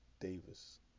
Davis